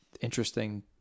interesting